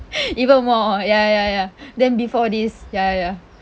even more ya ya ya than before this ya ya